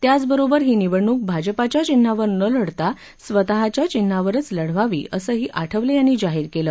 त्याचबरोबर ही निवडणूक भाजपच्या चिन्हावर न लढता स्वतच्या चिन्हावरच लढतील असंही आठवले यांनी जाहीर केलं